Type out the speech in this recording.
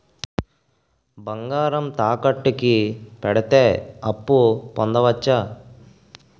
బంగారం తాకట్టు కి పెడితే అప్పు పొందవచ్చ?